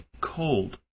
cold